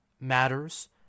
matters